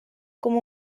com